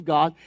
God